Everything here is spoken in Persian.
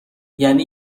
یعنی